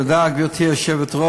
תודה, גברתי היושבת-ראש.